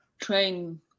train